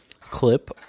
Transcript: clip